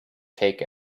take